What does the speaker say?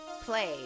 play